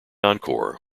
encore